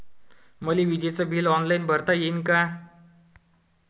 मले विजेच bill online भरता येईन का?